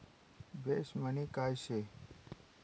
Base money काय शे?